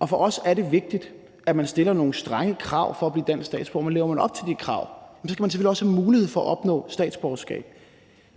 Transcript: på. For os er det vigtigt, at man stiller nogle strenge krav for at blive dansk statsborger, men lever man op til de krav, skal man selvfølgelig også have mulighed for at opnå statsborgerskab.